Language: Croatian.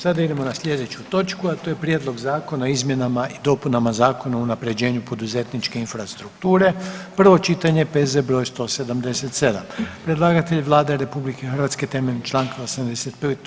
Sada idemo na slijedeću točku, a to je: - Prijedlog Zakona o izmjenama i dopunama Zakona o unapređenju poduzetničke infrastrukture, prvo čitanje, P.Z. broj 177 Predlagatelj je Vlada RH temeljem Članka 85.